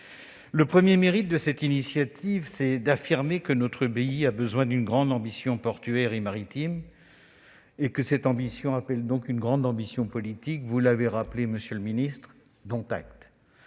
Le premier mérite de cette initiative parlementaire est d'affirmer que notre pays a besoin d'une grande ambition portuaire et maritime, et que cette ambition appelle une grande volonté politique. Vous l'avez rappelé, monsieur le ministre- dont acte